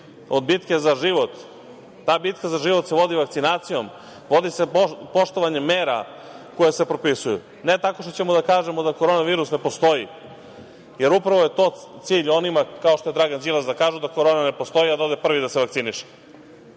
od bitke za život. Ta bitka za život se vodi vakcinacijom, vodi se poštovanjem mera koje se propisuju ne tako što ćemo da kažemo da korona virus ne postoji, jer upravo je to cilj onima kao što je Dragan Đilas, da kažu da korona ne postoji, a da ode prvi da se vakciniše. Nemojte